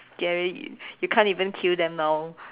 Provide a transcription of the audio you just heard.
scary you can't even kill them now